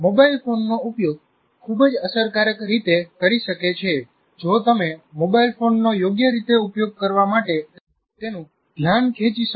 mobile ફોનનો ઉપયોગ ખૂબ જ અસરકારક રીતે કરી શકે છે જો તમે મોબાઇલ ફોનનો યોગ્ય રીતે ઉપયોગ કરવા માટે તેનું ધ્યાન ખેંચી શકો